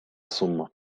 сума